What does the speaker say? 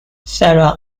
sarah